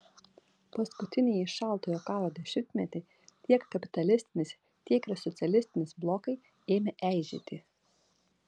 paskutinįjį šaltojo karo dešimtmetį tiek kapitalistinis tiek ir socialistinis blokai ėmė eižėti